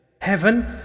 Heaven